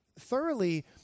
thoroughly